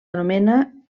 anomena